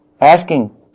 Asking